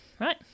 right